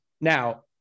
now